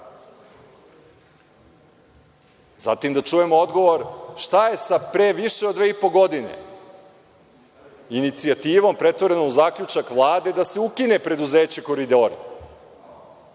bilo? Zatim, da čujemo odgovor – šta je sa pre više od dve i po godine inicijativom pretvorenom u zaključak Vlade da se ukine preduzeće Koridori,